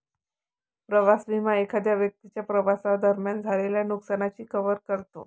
प्रवास विमा एखाद्या व्यक्तीच्या प्रवासादरम्यान झालेल्या नुकसानाची कव्हर करतो